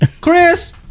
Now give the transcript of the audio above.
Chris